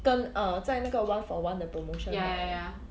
跟 uh 在那个 one for one 的 promotion 买